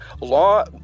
Law